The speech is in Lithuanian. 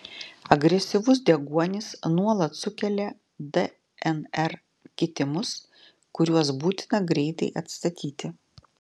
agresyvus deguonis nuolat sukelia dnr kitimus kuriuos būtina greitai atstatyti